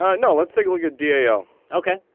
ah no, let's take a look at dal. ok,